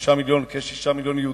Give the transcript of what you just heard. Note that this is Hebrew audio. כ-6 מיליוני יהודים.